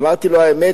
אמרתי לו: האמת,